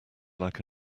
like